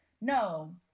No